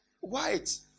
white